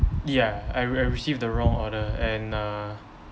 ya I re~ I received the wrong order and uh